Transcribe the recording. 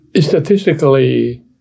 Statistically